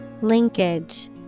Linkage